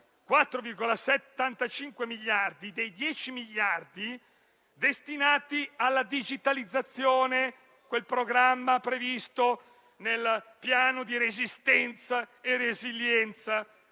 4,75 dei 10 miliardi destinati alla digitalizzazione, quel programma previsto nel Piano di resistenza e resilienza,